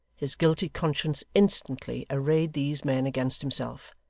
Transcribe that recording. his guilty conscience instantly arrayed these men against himself,